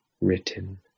written